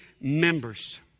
members